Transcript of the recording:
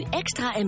extra